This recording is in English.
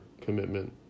commitment